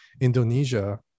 Indonesia